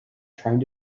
trying